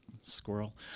squirrel